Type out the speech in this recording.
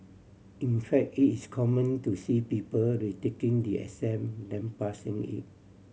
in fact it is common to see people retaking the exam than passing it